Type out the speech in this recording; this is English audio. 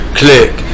click